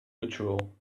ritual